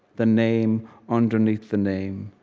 the name underneath the name,